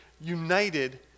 united